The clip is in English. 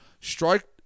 strike